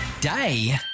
Day